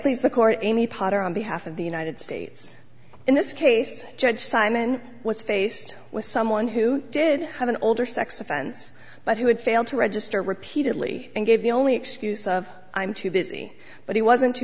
please the court amy potter on behalf of the united states in this case judge simon was faced with someone who did have an older sex offense but who had failed to register repeatedly and gave the only excuse of i'm too busy but he wasn't too